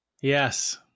Yes